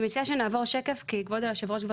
היא ביקשה שנעבור שקף כי כבוד היושב ראש כבר